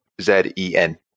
Z-E-N